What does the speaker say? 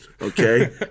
okay